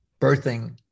birthing